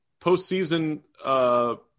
postseason